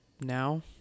now